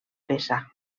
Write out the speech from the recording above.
peça